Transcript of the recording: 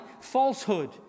falsehood